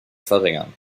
verringern